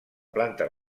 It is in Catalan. planta